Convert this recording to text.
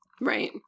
Right